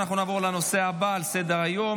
אנחנו נעבור לנושא הבא על סדר-היום,